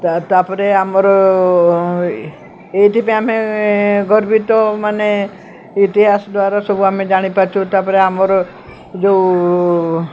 ତାପରେ ଆମର ଏଇଥିପାଇଁ ଆମେ ଗର୍ବିତ ମାନେ ଇତିହାସ ଦ୍ୱାରା ସବୁ ଆମେ ଜାଣିପାରୁଛୁ ତାପରେ ଆମର ଯେଉଁ